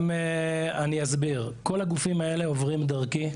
כל הגופים האלה עוברים דרכי.